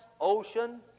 ocean